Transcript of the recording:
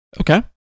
Okay